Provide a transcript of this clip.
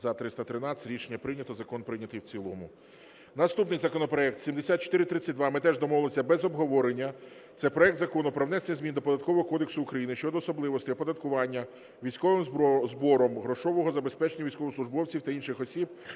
За-313 Рішення прийнято. Закон прийнятий в цілому. Наступний законопроект 7432. Ми теж домовилися без обговорення. Це проект Закону про внесення змін до Податкового кодексу України щодо особливостей оподаткування військовим збором грошового забезпечення військовослужбовців та інших осіб,